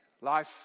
Life